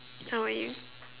how about you